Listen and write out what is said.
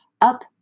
Up